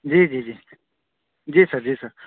جی جی جی جی سر جی سر